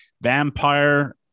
vampire